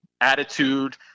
Attitude